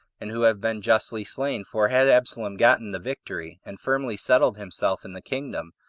and who have been justly slain for had absalom gotten the victory, and firmly settled himself in the kingdom,